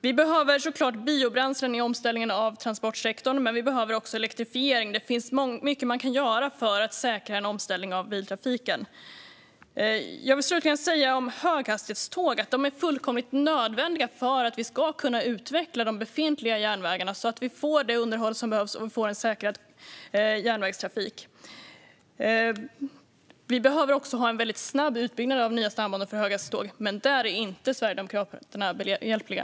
Vi behöver såklart biobränslen vid omställningen av transportsektorn. Men vi behöver också elektrifiering. Det finns mycket som man kan göra för att säkra en omställning av biltrafiken. Slutligen vill jag säga att höghastighetståg är helt nödvändiga för att vi ska kunna utveckla de befintliga järnvägarna, så att vi får det underhåll som behövs och en säkrad järnvägstrafik. Vi behöver också ha en mycket snabb utbyggnad av nya stambanor för höghastighetståg. Men där är Sverigedemokraterna inte behjälpliga.